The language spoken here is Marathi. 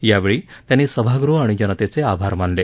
यावेळी त्यांनी सभागृह आणि जनतेचे आभार मानले